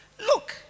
Look